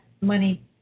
money